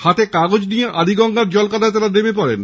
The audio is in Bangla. হাতে কাগজ নিয়ে আদি গঙ্গার জল কাদায় তারা নেমে পড়ে